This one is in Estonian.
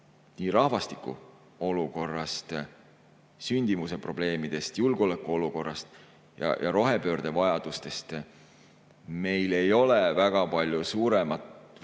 rahvastikuolukorrast, sündimuse probleemidest, julgeolekuolukorrast ja rohepöörde vajadustest meil ei ole väga palju paremat teed